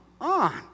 on